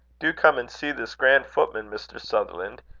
do come and see this grand footman, mr. sutherland.